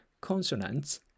consonants